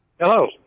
Hello